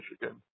Michigan